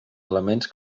elements